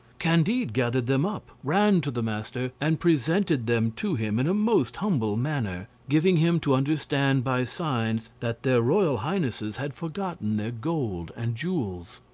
candide gathered them up, ran to the master, and presented them to him in a most humble manner, giving him to understand by signs that their royal highnesses had forgotten their gold and jewels.